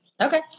Okay